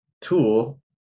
tool